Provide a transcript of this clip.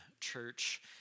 church